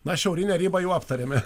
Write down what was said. na šiaurinę ribą jau aptarėme